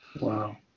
Wow